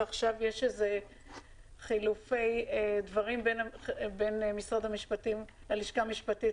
ועכשיו יש חילופי דברים בין הלשכה המשפטית